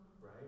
Right